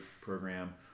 program